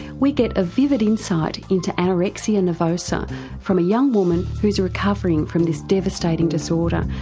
we get a vivid insight into anorexia nervosa from a young woman who's recovering from this devastating disorder.